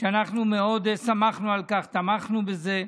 שאנחנו מאוד שמחנו על כך, תמכנו בזה,